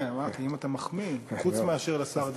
כן, אמרתי, אם אתה מחמיא, חוץ מאשר לשר דרעי.